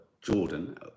Jordan